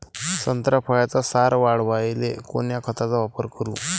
संत्रा फळाचा सार वाढवायले कोन्या खताचा वापर करू?